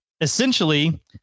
Essentially